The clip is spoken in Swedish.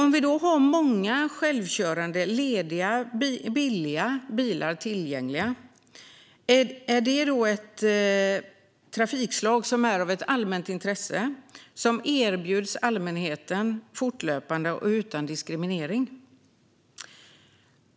Om vi har många självkörande, lediga, billiga bilar tillgängliga, är detta då ett trafikslag som är av allmänt intresse och som erbjuds allmänheten fortlöpande och utan diskriminering?